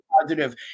positive